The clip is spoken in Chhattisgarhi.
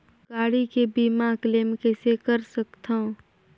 गाड़ी के बीमा क्लेम कइसे कर सकथव?